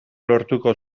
lortuko